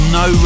no